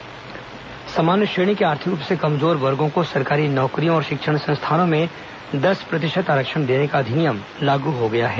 आरक्षण अधिनियम सामान्य श्रेणी के आर्थिक रूप से कमजोर वर्गों को सरकारी नौकरियों और शिक्षण संस्थानों में दस प्रतिशत आरक्षण देने का अधिनियम लागू हो गया है